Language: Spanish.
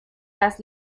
las